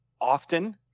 often